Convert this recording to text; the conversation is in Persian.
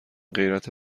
غیرت